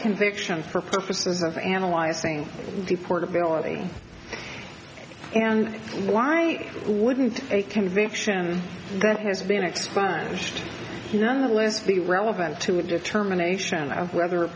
conviction for purposes of analyzing the portability and why wouldn't a conviction that has been expunged nonetheless be relevant to a determination of whether a